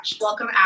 Welcome